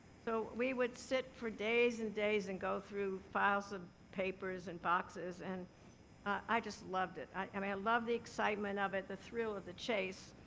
so we would sit for days and days and go through files of papers and boxes and i just loved it. i mean um i love the excitement of it, the thrill of the chase,